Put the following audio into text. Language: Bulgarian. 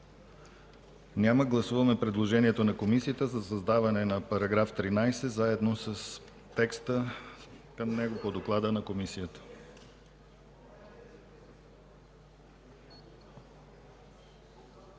Няма. Гласуваме предложението на Комисията за създаване на § 13, заедно с текста към него по доклада на Комисията.